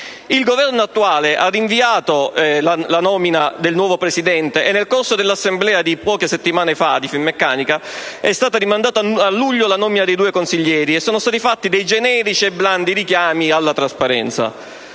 Il Governo attuale ha rinviato la nomina del nuovo presidente e, nel corso dell'assemblea di Finmeccanica di poche settime fa, è stata rimandata a luglio la nomina dei due consiglieri e sono stati fatti dei generici e blandi richiami alla trasparenza.